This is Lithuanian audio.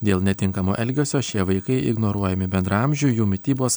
dėl netinkamo elgesio šie vaikai ignoruojami bendraamžių jų mitybos